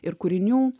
ir kūrinių